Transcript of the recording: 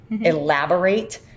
elaborate